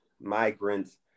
migrants